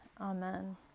amen